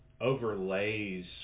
overlays